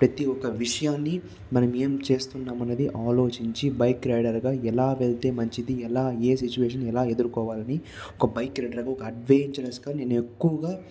ప్రతి ఒక్క విషయాన్ని మనం ఏం చేస్తున్నామన్నది ఆలోచించి బైక్ రైడర్ గా ఎలా వెళ్తే మంచిది ఎలా ఏ సిచువేషన్ ఎలా ఎదుర్కోవాలి ఒక బైక్ రైడర్ గా ఒక అడ్వెంచర్స్ గా నేను ఎక్కువగా